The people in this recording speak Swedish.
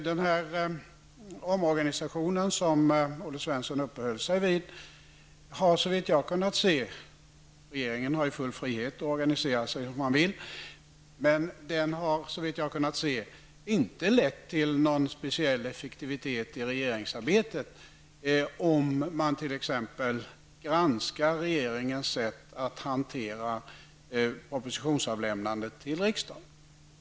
Den omorganisation som Olle Svensson uppehöll sig vid har såvitt jag har kunnat se -- regeringen har ju full frihet att organisera sig som den vill -- inte lett till någon speciell effektivitet i regeringsarbetet. Det framgår t.ex. om man granskar regeringens sätt att hantera propositionsavlämnandet i riksdagen.